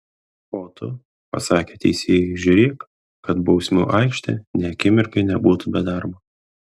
o tu pasakė teisėjui žiūrėk kad bausmių aikštė nė akimirkai nebūtų be darbo